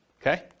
Okay